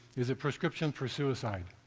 is a prescription for suicide.